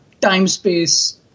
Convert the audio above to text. time-space